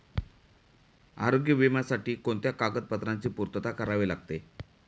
आरोग्य विम्यासाठी कोणत्या कागदपत्रांची पूर्तता करावी लागते?